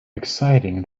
exciting